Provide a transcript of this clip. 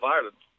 Ireland